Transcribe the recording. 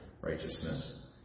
righteousness